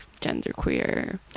genderqueer